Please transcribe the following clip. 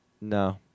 No